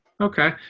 Okay